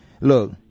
look